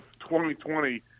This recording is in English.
2020